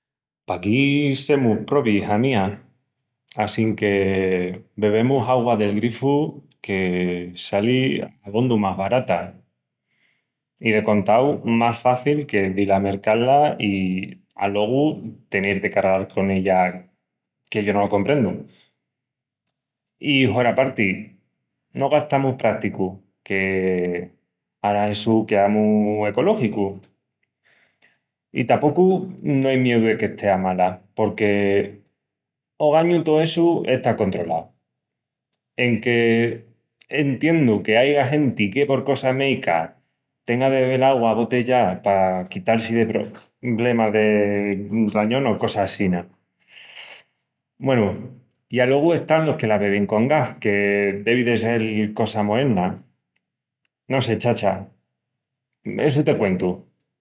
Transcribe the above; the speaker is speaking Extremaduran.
Paquí semus probis, ija mía, assinque bebemus augua del grifu que sali abondu más barata i, de contau, mas faci que dil a mercá-la i alogu tenel de cargal con ella que yo no lo comprendu. I hueraparti no gastamus prásticu que ara essu quea mu ecológicu. I tapocu no ai mieu de que estea mala porque ogañu tó essu está controlau. Enque entiendu que aiga genti que por cosa méica tenga de bebel augua abotellá pa quital-si de pobremas de rañón o cosa assina. Güenu, i alogu están los que la bebin con gas que devi de sel cosa moerna. No sé, chacha, essu te cuentu!